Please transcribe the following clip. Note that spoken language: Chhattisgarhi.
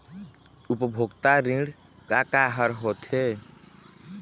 उपभोक्ता ऋण का का हर होथे?